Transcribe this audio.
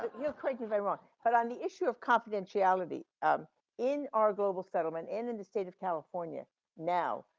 but you know quick to going on but on the issue of confidentiality um in our global settlement and in the state of california now,